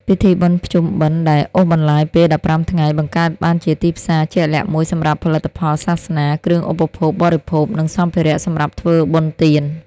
ពិធីបុណ្យភ្ជុំបិណ្ឌដែលអូសបន្លាយពេល ១៥ ថ្ងៃ បង្កើតបានជាទីផ្សារជាក់លាក់មួយសម្រាប់ផលិតផលសាសនា គ្រឿងឧបភោគបរិភោគ និងសម្ភារៈសម្រាប់ធ្វើបុណ្យទាន។